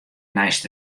neist